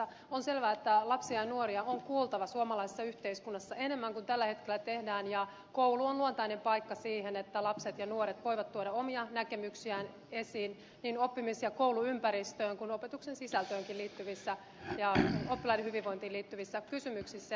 on selvää että lapsia ja nuoria on kuultava suomalaisessa yhteiskunnassa enemmän kuin tällä hetkellä tehdään ja koulu on luontainen paikka siihen että lapset ja nuoret voivat tuoda omia näkemyksiään esiin niin oppimis ja kouluympäristöön kuin opetuksen sisältöön ja oppilaiden hyvinvointiin liittyvissä kysymyksissä